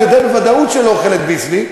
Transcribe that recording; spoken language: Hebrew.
אני יודע בוודאות שהיא לא אוכלת "ביסלי",